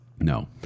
No